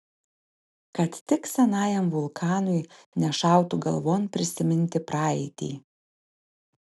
kad tik senajam vulkanui nešautų galvon prisiminti praeitį